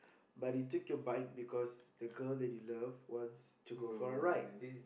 but he took your bike because the girl that you love wants to go for a ride